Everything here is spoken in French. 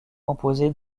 composé